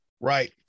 Right